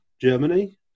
Germany